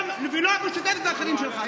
ולא המשותפת והחברים שלך,